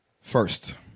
First